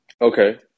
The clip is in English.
Okay